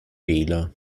wähler